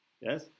Yes